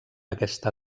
aquesta